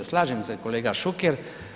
Slažem se kolega Šuker.